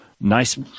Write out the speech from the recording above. nice